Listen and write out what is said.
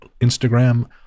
instagram